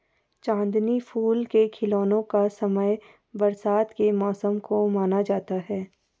चांदनी फूल के खिलने का समय बरसात के मौसम को माना जाता है